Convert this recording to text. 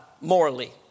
morally